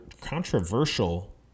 controversial